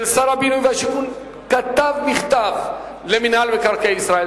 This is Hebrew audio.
ששר הבינוי והשיכון כתב מכתב למינהל מקרקעי ישראל